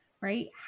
right